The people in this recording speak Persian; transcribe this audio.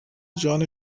جان